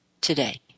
today